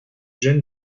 jeune